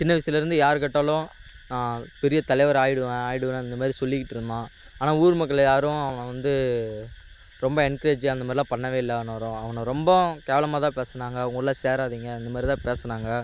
சின்ன வயதுலருந்து யாரு கேட்டாலும் நான் பெரிய தலைவர் ஆகிடுவேன் ஆகிடுவேன் இந்த மாதிரி சொல்லிக்கிட்டிருந்தான் ஆனால் ஊர் மக்கள் யாரும் அவன் வந்து ரொம்ப என்க்ரேஜு அந்த மாதிரிலாம் பண்ணவே இல்ல அவனை அவனை ரொம்பவும் கேவலமாக தான் பேசினாங்க அவன் கூடலாம் சேராதீங்க இந்த மாதிரி தான் பேசினாங்க